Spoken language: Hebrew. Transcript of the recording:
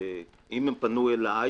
אם הם פנו אליי